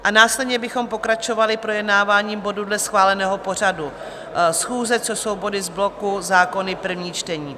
A následně bychom pokračovali projednáváním bodů dle schváleného pořadu schůze, což jsou body z bloku zákony, první čtení.